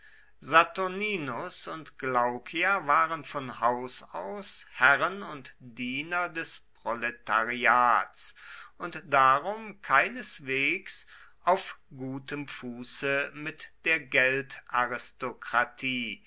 saturninus und glaucia waren von haus aus herren und diener des proletariats und darum keineswegs auf gutem fuße mit der